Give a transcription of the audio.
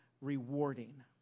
rewarding